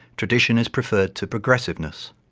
tradition is preferred to progressiveness.